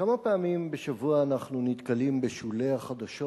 כמה פעמים בשבוע אנחנו נתקלים בשולי החדשות